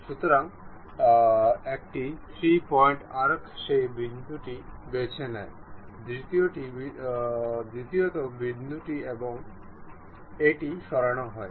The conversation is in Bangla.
সুতরাং একটি 3 পয়েন্ট আর্ক সেই বিন্দুটি বেছে নেয় দ্বিতীয় বিন্দুটি এবং এটি সরানো হয়